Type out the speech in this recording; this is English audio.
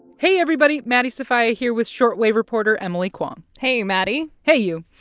hey, everybody. maddie sofia here with short wave reporter emily kwong hey, maddie hey, you.